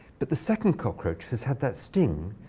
but the second cockroach has had that sting,